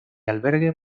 albergue